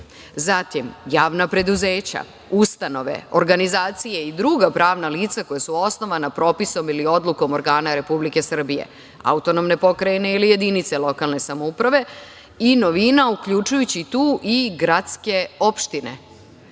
zatim javna preduzeća, ustanove, organizacije i druga pravna lica koja su osnovana propisom ili odlukom organa Republike Srbije, autonomne pokrajine ili jedinice lokalne samouprave i novina uključujući tu i gradske opštine,